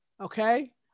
okay